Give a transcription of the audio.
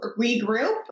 regroup